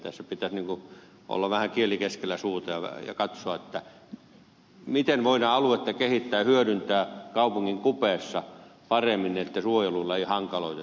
tässä pitäisi olla vähän kieli keskellä suuta ja katsoa miten voidaan aluetta kehittää ja hyödyntää kaupungin kupeessa paremmin eikä suojelulla hankaloiteta sitä asiaa